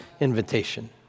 invitation